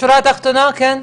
שורה תחתונה, כן.